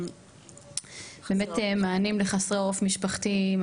מענים לחסרי עורף משפחתי,